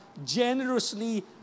generously